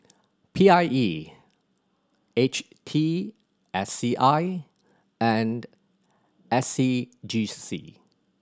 P I E H T S C I and S C G C